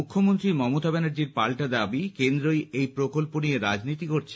মুখ্যমন্ত্রী মমতা ব্যানার্জির পাল্টা দাবি কেন্দ্রই এই প্রকল্প নিয়ে রাজনীতি করছে